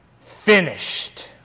finished